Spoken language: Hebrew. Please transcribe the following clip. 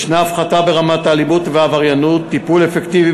יש הפחתה ברמת האלימות והעבריינות וטיפול אפקטיבי